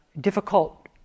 difficult